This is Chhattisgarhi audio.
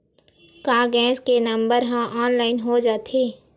का गैस के नंबर ह ऑनलाइन हो जाथे?